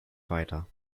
weiter